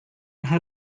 her